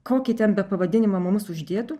kokį ten be pavadinimą mums uždėtų